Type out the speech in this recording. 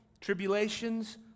tribulations